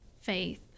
faith